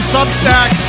Substack